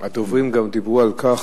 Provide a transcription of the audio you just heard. הדוברים גם דיברו על כך,